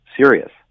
serious